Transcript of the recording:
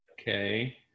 Okay